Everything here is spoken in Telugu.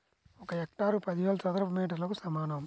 ఒక హెక్టారు పదివేల చదరపు మీటర్లకు సమానం